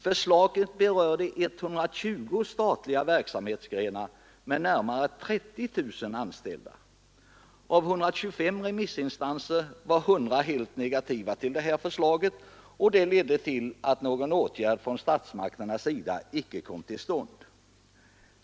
Förslaget berörde 120 statliga verksamhetsgrenar med närmare 30 000 anställda. Av 125 remissinstanser var 100 helt negativa till förslaget. Detta ledde till att någon åtgärd från statsmakternas sida icke kom till stånd.